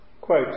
Quote